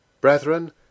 Brethren